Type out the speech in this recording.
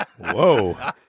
Whoa